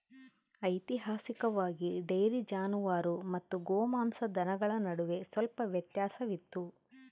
ಐತಿಹಾಸಿಕವಾಗಿ, ಡೈರಿ ಜಾನುವಾರು ಮತ್ತು ಗೋಮಾಂಸ ದನಗಳ ನಡುವೆ ಸ್ವಲ್ಪ ವ್ಯತ್ಯಾಸವಿತ್ತು